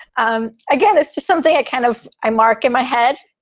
um again, it's just something i kind of i mark in my head.